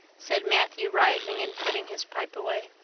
said matthew rising and putting his pipe away.